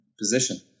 position